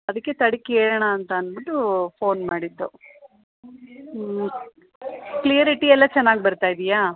ಅದಕ್ಕೆ ತಡಿ ಕೇಳೋಣ ಅಂತ ಅನ್ಬಿಟ್ಟು ಫೋನ್ ಮಾಡಿದ್ದು ಹ್ಞೂ ಕ್ಲಿಯರಿಟಿಯೆಲ್ಲ ಚೆನ್ನಾಗಿ ಬರ್ತಾ ಇದೆಯಾ